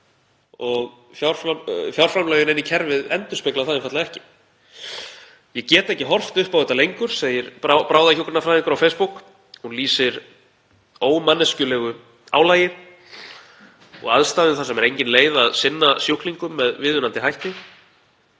og fjárframlögin inn í kerfið endurspegla það einfaldlega ekki. „Get ekki horft upp á þetta lengur“, segir bráðahjúkrunarfræðingur á Facebook. Hún lýsir ómanneskjulegu álagi og aðstæðum þar sem engin leið er að sinna sjúklingum með viðunandi hætti.